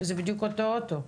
וזה בדיוק אותו אוטו.